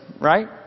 right